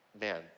Man